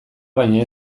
baina